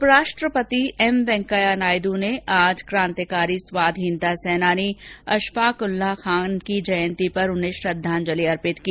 उप राष्ट्रपति एम वेंकैया नायड् ने आज कांतिकारी स्वाधीनता सेनानी अशफाक उल्लाह खान की जयंती पर उन्हें श्रद्वांजलि अर्पित की